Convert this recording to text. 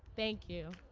thank you.